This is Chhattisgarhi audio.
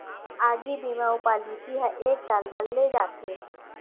आगी बीमा अउ पॉलिसी ह एक साल बर ले जाथे